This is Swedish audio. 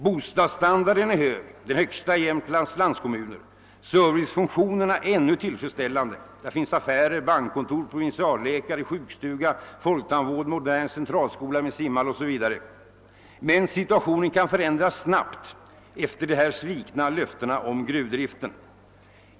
Bostadsstandarden är den högsta i Jämtlands landskommuner. <Servicefunktionerna är ännu tillfredsställande; där finns affärer, bankkontor, provinsialläkare, sjukstuga, folktandvård, modern centralskola med simhall osv. Men situationen kan förändras snabbt efter de svikna löftena om gruvdriften.